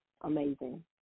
amazing